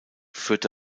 führte